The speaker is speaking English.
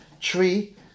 tree